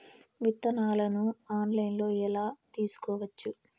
విత్తనాలను ఆన్లైన్లో ఎలా తీసుకోవచ్చు